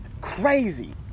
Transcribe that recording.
Crazy